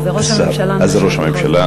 זה ראש הממשלה, סגנית השר, זה ראש הממשלה.